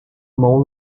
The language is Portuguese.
mão